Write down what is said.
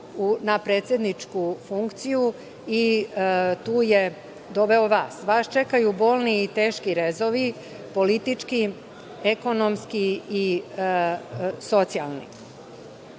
na predsedničku funkciju i tu je doveo vas. Vas čekaju bolni i teški rezovi, politički, ekonomski i socijalni. Svojim